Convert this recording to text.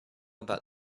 about